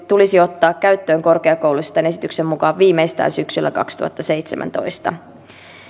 tulisi ottaa käyttöön korkeakouluissa tämän esityksen mukaan viimeistään syksyllä kaksituhattaseitsemäntoista